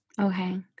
Okay